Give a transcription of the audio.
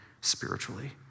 spiritually